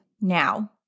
now